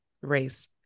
race